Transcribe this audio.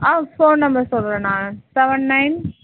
ஆ phone number சொல்கிறேன் நான் seven nine